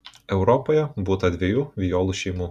europoje būta dviejų violų šeimų